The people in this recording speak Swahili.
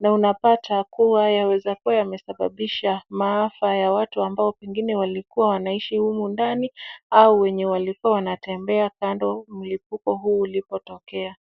na unapata kuwa yawezakuwa yamesababisha maafa ya watu ambao pengine walikua wanaishi humu ndani au wenye walikua wanatembea kando mlipuko huu ulipotokea.